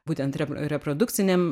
būtent rep reprodukcinėm